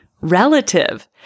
relative